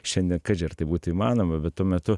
šiandien kaži ar tai būtų įmanoma bet tuo metu